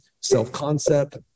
self-concept